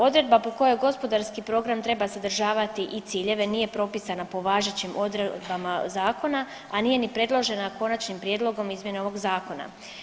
Odredba po kojoj gospodarski program treba sadržavati i ciljeve nije propisana po važećim odredbama zakona, a nije ni predložena konačnim prijedlogom izmjene ovog Zakona.